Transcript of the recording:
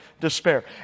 despair